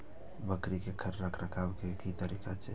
बकरी के रखरखाव के कि तरीका छै?